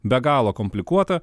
be galo komplikuota